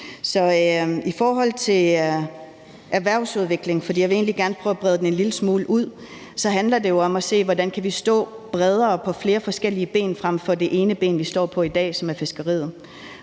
Så i forhold til erhvervsudvikling – for jeg vil egentlig gerne prøve at brede det en lille smule ud – handler det jo om at se, hvordan vi kan stå på flere forskellige ben frem for på det ene ben, vi står på i dag, som er fiskeriet.